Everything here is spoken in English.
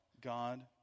God